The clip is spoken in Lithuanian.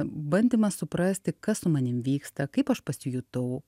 bandymas suprasti kas su manim vyksta kaip aš pasijutau